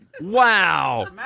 Wow